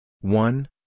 one